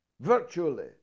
virtually